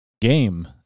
game